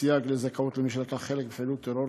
סייג לזכאות למי שלקח חלק בפעילות טרור),